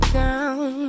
down